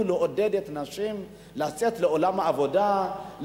לעודד את הנשים לצאת לעולם העבודה,